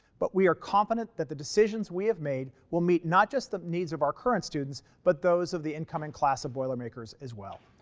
but we are confident that the decisions we have made, will meet not just the needs of our current students, but those of the incoming class of boilermakers as well.